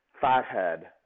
fathead